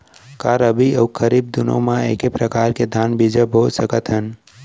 का रबि अऊ खरीफ दूनो मा एक्के प्रकार के धान बीजा बो सकत हन?